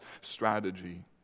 strategy